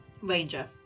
Ranger